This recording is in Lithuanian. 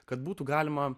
kad būtų galima